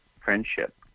friendship